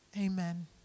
Amen